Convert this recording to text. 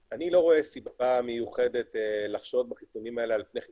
לא צריך לפרט על ההשלכות הקשות של המגפה הזאת,